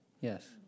Yes